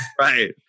Right